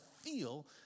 feel